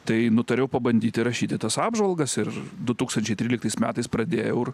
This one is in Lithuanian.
tai nutariau pabandyti rašyti tas apžvalgas ir du tūkstančiai tryliktais metais pradėjau ir